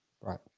Right